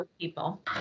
people